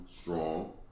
strong